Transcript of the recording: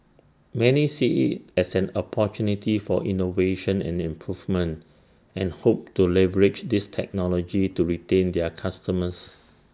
many see IT as an opportunity for innovation and improvement and hope to leverage this technology to retain their customers